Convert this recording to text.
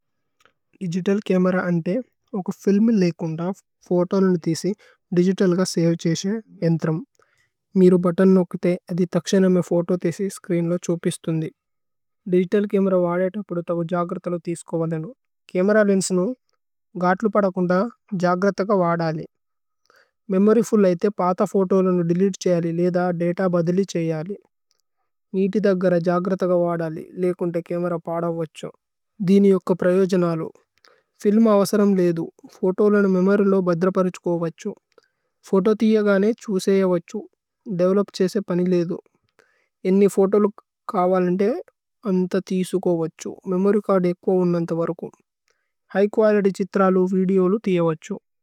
Digital camera അന്തേ ഓകു film ലേകുന്ദ ഫോതോലനി। തീസി ദിഗിതല്ഗ സവേ ഛേസിയു ഏന്ത്രമു മീരു। ബുത്തോന് നോകുതേ അദി തക്ശേനമേ ഫോതോ തേസി സ്ച്രീന്ലോ। ഛുപിസ്തുന്ദി ദിഗിതല് ചമേര വാദേതക്പുദുതഗു। ജഗ്രുഥലു തീസുകുവലേനു ഛമേര ലേന്സ്നു ഗാത്ലു। പദകുന്ദ ജഗ്രുഥഗ വാദലി മേമോര്യ് ഫുല്ല് ഐഥേ। പാഥ ഫോതോലനി ദേലേതേ ഛയലി ലേഇധ ദത। ബദിലി ഛയലി നീതി ദഗ്ഗര ജഗ്രുഥഗ വാദലി। ലേകുന്ദ ചമേര പദവ്വഛു ദിനി। യുക്ക പ്രയോജനലു ഫില്മ് അവസരമ് ലേധു ഫോതോലനി। മേമോര്യ് ലോ ബദ്ര പരുഛുകോവഛു ഫോതോ തീയഗനേ। ഛുസേയവഛു ദേവേലോപ് ഛേസേയ പനി ലേധു ഏന്നി। ഫോതോലു കാവലന്തേ അന്ത തീസുക്। ഓവഛു മേമോര്യ് ചര്ദ് ഏക്കോ ഉന്നന്തവരകു ഹിഘ്। കുഅലിത്യ് ഛിത്രലു വിദേയോലു തീയവഛു।